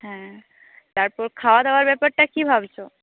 হ্যাঁ তারপর খাওয়াদাওয়ার ব্যাপারটা কী ভাবছ